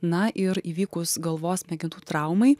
na ir įvykus galvos smegenų traumai